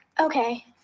Okay